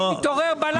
אם החוק שנשאר ולא פוצל,